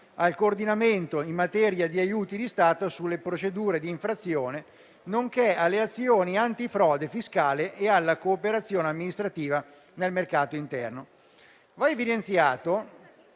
al coordinamento in materia di aiuti di Stato sulle procedure di infrazione, nonché alle azioni antifrode fiscale e alla cooperazione amministrativa nel mercato interno. Va evidenziato